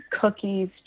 cookies